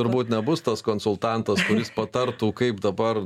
turbūt nebus tas konsultantas kuris patartų kaip dabar